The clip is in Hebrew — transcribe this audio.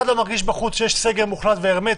שאין סגר מוחלט והרמטי.